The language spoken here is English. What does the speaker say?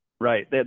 right